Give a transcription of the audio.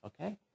okay